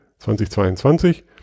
2022